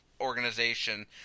organization